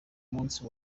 munsi